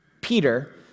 Peter